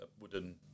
wooden